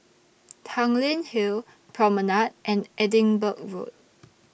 Tanglin Hill Promenade and Edinburgh Road